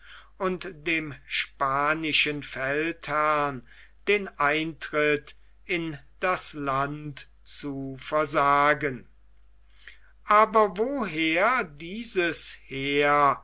und dem spanischen feldherrn den eintritt in das land zu versagen aber woher dieses heer